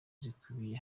zikubiye